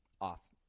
off